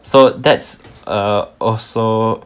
so that's uh also